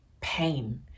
pain